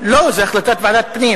הצעת ועדת הפנים